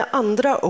andra